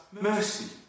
mercy